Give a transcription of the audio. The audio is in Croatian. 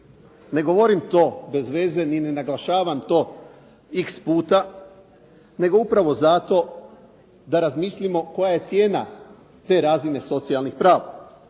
Ne govorim to bez veze i ne naglašavam to iks puta, nego upravo zato da razmislimo koja je cijena te razine socijalnih prava.